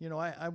you know i